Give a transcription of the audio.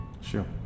sure